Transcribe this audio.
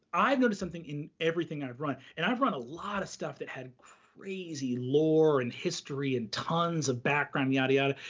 i've noticed something in everything that i've run, and i've run a lot of stuff that had crazy lore and history and tons of background, yada, yada.